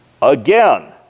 Again